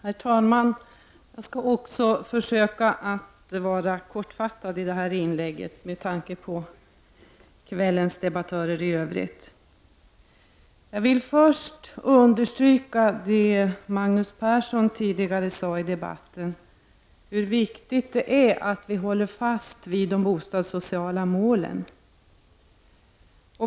Herr talman! Jag skall försöka vara kortfattad i detta inlägg med tanke på kvällens debattörer i övrigt. Jag vill först understryka det som Magnus Persson sade tidigare i debatten, nämligen hur viktigt det är att vi håller fast vid de bostadssociala målen.